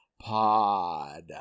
Pod